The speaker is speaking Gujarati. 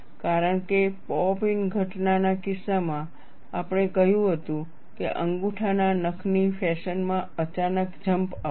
કારણ કે પૉપ ઇન ઘટના ના કિસ્સામાં આપણે કહ્યું હતું કે અંગૂઠાના નખની ફેશનમાં અચાનક જમ્પ આવશે